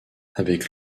avec